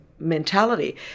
mentality